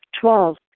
Twelve